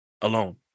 alone